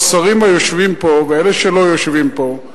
השרים היושבים פה ואלה שלא יושבים פה,